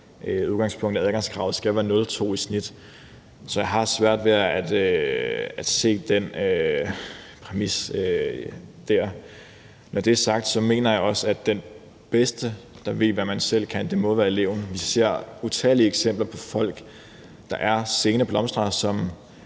udgangspunkt, at adgangskravet skal være 02 i gennemsnit. Så jeg har svært ved at se den præmis. Når det er sagt, mener jeg også, at den, der bedst ved, hvad man kan, er eleven selv. Vi ser jo utallige eksempler på folk, som blomstrer